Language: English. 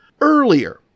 earlier